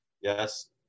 yes